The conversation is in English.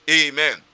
Amen